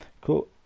cool